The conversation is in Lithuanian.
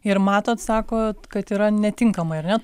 ir matot sakot kad yra netinkamai ar ne